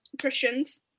Christians